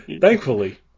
Thankfully